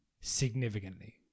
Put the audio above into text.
significantly